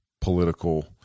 political